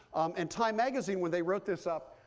and time magazine, when they wrote this up,